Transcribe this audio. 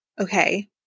okay